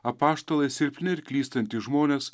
apaštalai silpni ir klystantys žmonės